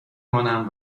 مانم